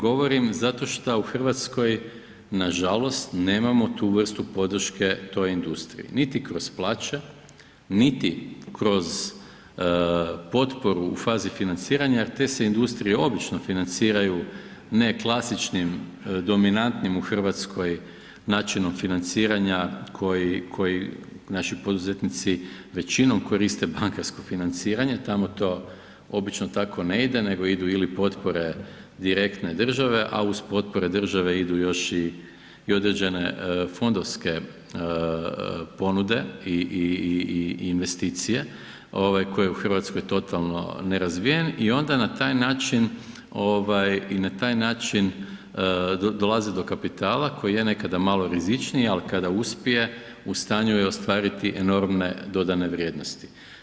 Govorim zato šta u Hrvatskoj nažalost nemamo tu vrstu podrške toj industriji, niti kroz plaće, niti kroz potporu u fazi financiranja jer te se industrije obično financiraju ne klasičnim dominantnim u Hrvatskoj načinom financiranja koji naši poduzetnici većinom koriste bankarsko financiranje jer tamo to obično tako ne ide nego idu ili potpore direktne države, a uz potpore države idu još i određene fondovske ponude i investicije koji je u Hrvatskoj totalno ne razvijen i onda na taj način dolaze do kapitala koji je nekada malo rizičniji, ali kada uspije u stanju je ostvariti enormne dodane vrijednosti.